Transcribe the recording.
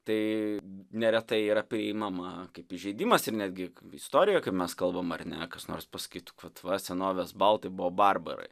tai neretai yra priimama kaip įžeidimas ir netgi istorijoje kai mes kalbam ar ne kas nors pasakytų kad va senovės baltai buvo barbarai